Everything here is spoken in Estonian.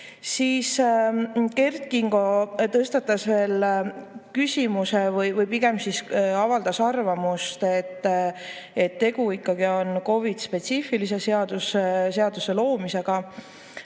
aega. Kert Kingo tõstatas küsimuse või pigem avaldas arvamust, et tegu on COVID-spetsiifilise seaduse loomisega,